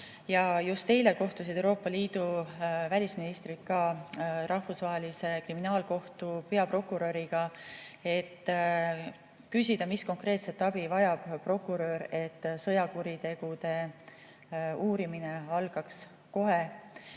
Just eile kohtusid Euroopa Liidu välisministrid ka Rahvusvahelise Kriminaalkohtu peaprokuröriga, et küsida, millist konkreetset abi peaprokurör vajab, et sõjakuritegude uurimine algaks kohe.